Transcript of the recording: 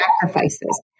sacrifices